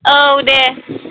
औ दे